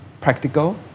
practical